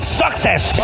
success